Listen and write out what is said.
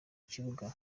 kibuga